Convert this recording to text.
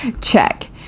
Check